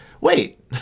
wait